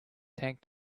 tank